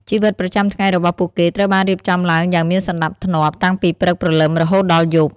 ជីវិតប្រចាំថ្ងៃរបស់ពួកគេត្រូវបានរៀបចំឡើងយ៉ាងមានសណ្ដាប់ធ្នាប់តាំងពីព្រឹកព្រលឹមរហូតដល់យប់។